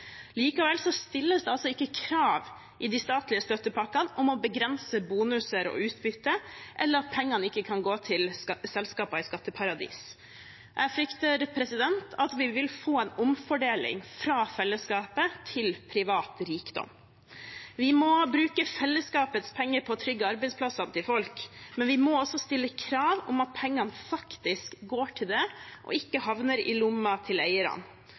stilles det ikke krav i de statlige støttepakkene om å begrense bonuser og utbytte eller om at pengene ikke kan gå til selskaper i skatteparadiser. Jeg frykter at vi vil få en omfordeling fra fellesskapet til privat rikdom. Vi må bruke fellesskapets penger på å trygge folks arbeidsplasser, men vi må også stille krav om at pengene faktisk går til det og ikke havner i